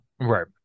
right